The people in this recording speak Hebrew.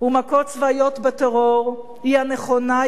ומכות צבאיות בטרור היא הנכונה,